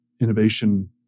innovation